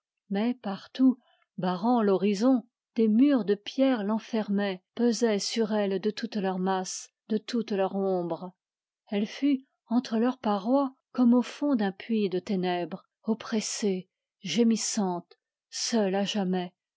mais partout barrant l'horizon des murs de pierre l'enfermaient pesaient sur elle entre leurs parois comme au fond d'un puits de ténèbres elle fut oppressée gémissante seule à jamais